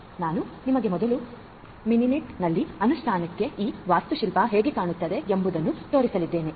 ಆದ್ದರಿಂದನಾನು ನಿಮಗೆ ಮೊದಲು ಮಿನಿನೆಟ್ನಲ್ಲಿ ಅನುಷ್ಠಾನಕ್ಕೆ ಈ ವಾಸ್ತುಶಿಲ್ಪ ಹೇಗೆ ಕಾಣುತ್ತದೆ ಎಂಬುದನ್ನು ತೋರಿಸಲಿದ್ದೇನೆ